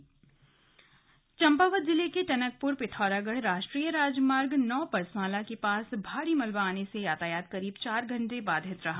slug मलबा चंपावत चम्पावत जिले के टनकपुर पिथौरागढ़ राष्ट्रीय राजमार्ग नौ पर स्वांला के पास भारी मलबा आने से यातायात करीब चार घंटे बाधित रहा